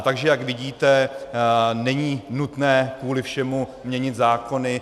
Takže jak vidíte, není nutné kvůli všemu měnit zákony.